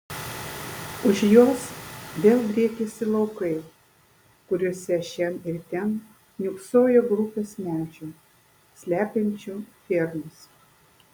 už jos vėl driekėsi laukai kuriuose šen ir ten niūksojo grupės medžių slepiančių fermas